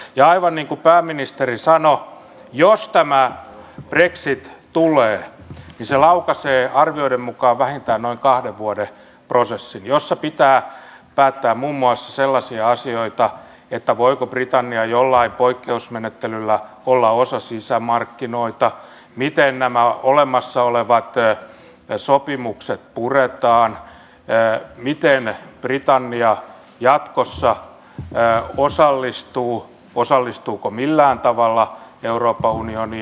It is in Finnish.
ja aivan niin kuin pääministeri sanoi jos tämä brexit tulee se laukaisee arvioiden mukaan vähintään noin kahden vuoden prosessin jossa pitää päättää muun muassa sellaisia asioita että voiko britannia jollain poikkeusmenettelyllä olla osa sisämarkkinoita miten nämä olemassa olevat sopimukset puretaan miten britannia jatkossa osallistuu ja osallistuuko millään tavalla euroopan unioniin